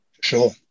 sure